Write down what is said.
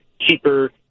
cheaper